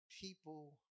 People